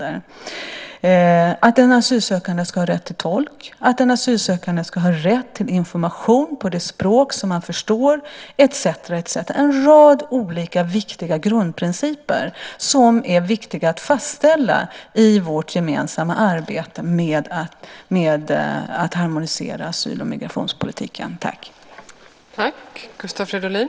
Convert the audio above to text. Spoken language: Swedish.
Det är vidare att en asylsökande ska ha rätt till tolk och att en asylsökande ska ha rätt till information på ett språk som han förstår etcetera. Det är en rad olika viktiga grundprinciper som det är angeläget att fastställa i vårt gemensamma arbete med att harmonisera asyl och migrationspolitiken.